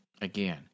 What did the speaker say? Again